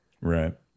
Right